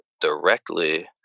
directly